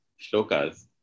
shlokas